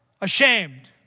ashamed